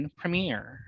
premiere